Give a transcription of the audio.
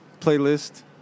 playlist